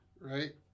Right